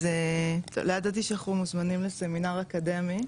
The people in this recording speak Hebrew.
אז לא ידעתי שאנחנו מוזמנים לסמינר אקדמי,